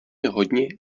hodně